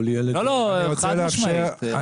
לא, חד משמעית.